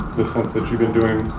that you've been doing,